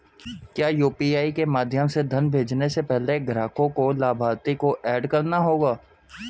क्या यू.पी.आई के माध्यम से धन भेजने से पहले ग्राहक को लाभार्थी को एड करना होगा?